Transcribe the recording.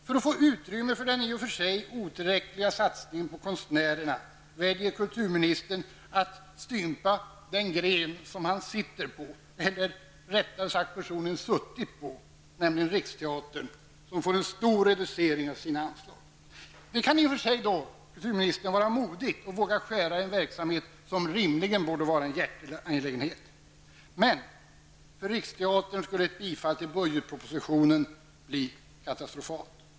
För att få utrymme för den i och för sig otillräckliga satsningen på konstnärerna väljer kulturministern att stympa den gren han sitter på, nämligen Riksteatern, som får en kraftig reducering av sina anslag. Det kan i och för sig vara modigt att våga skära i en verksamhet som rimligen borde vara en hjärteangelägenhet. Men för Riksteaterns del skulle ett bifall till budgetpropositionen bli katastrofalt.